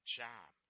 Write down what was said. job